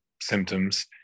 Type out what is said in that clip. symptoms